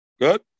Good